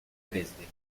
dresde